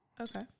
Okay